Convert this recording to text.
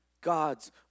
God's